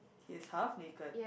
is half naked